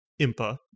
Impa